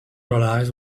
realize